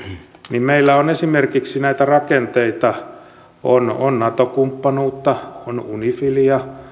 niin meillä on esimerkiksi näitä rakenteita on on nato kumppanuutta on unifiliä